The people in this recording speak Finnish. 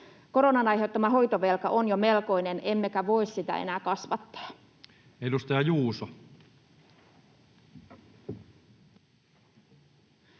Koronan aiheuttama hoitovelka on jo melkoinen, emmekä voi sitä enää kasvattaa. [Speech 23]